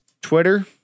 Twitter